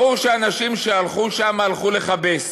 "ברור שהנשים שהלכו שם הלכו לכבס.